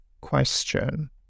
question